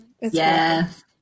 Yes